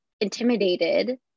intimidated